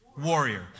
warrior